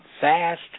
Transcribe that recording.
fast